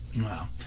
Wow